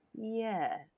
yes